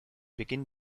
beginn